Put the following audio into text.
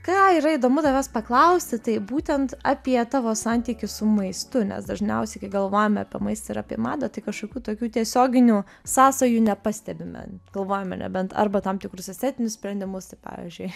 ką yra įdomu tavęs paklausti tai būtent apie tavo santykį su maistu nes dažniausiai kai galvojame apie maistą ir apie madą tai kažkokių tokių tiesioginių sąsajų nepastebime galvojame nebent arba tam tikrus estetinius sprendimus tai pavyzdžiui